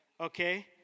Okay